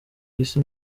isi